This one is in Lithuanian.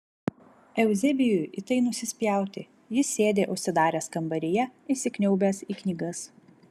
euzebijui į tai nusispjauti jis sėdi užsidaręs kambaryje įsikniaubęs į knygas